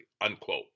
unquote